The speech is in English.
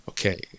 Okay